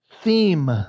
theme